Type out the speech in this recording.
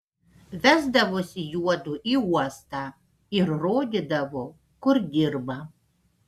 vesdavosi juodu į uostą ir rodydavo kur dirba